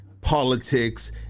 politics